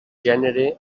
gènere